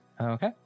Okay